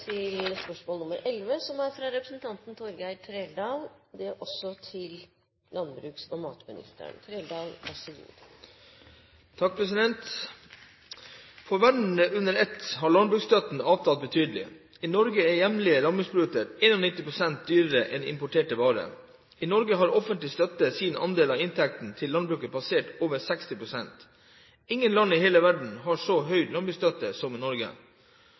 under ett har landbruksstøtten avtatt betydelig. I Norge er hjemlige landbruksprodukter 91 pst. dyrere enn importerte varer. I Norge har offentlig støtte sin andel av inntekten til landbruket passert over 60 pst. Ingen land i hele verden har så høy landbruksstøtte som Norge. Når vi ser at verden opplever tidenes råvarepriser og statsgjeldkriser, er statsråden enig i